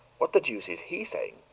what the deuce is he saying?